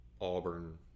Auburn